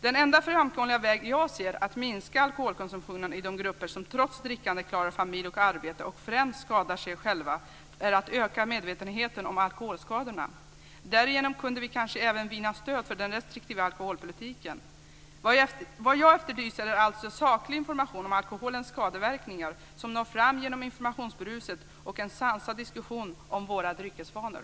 Den enda framkomliga väg som jag ser att minska alkoholkonsumtionen i de grupper som trots drickande klarar familj och arbete och främst skadar sig själva är att öka medvetenheten om alkoholskadorna. Därigenom kunde vi kanske även vinna stöd för den restriktiva alkoholpolitiken. Vad jag efterlyser är alltså saklig information om alkoholens skadeverkningar som når fram genom informationsbruset och en sansad diskussion om våra dryckesvanor.